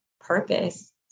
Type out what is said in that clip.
purpose